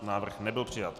Návrh nebyl přijat.